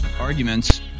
arguments